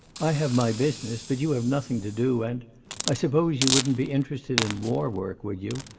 i have my business, but you have nothing to do, and i suppose you wouldn't be interested in war-work, would you?